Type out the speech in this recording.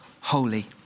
holy